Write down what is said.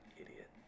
idiot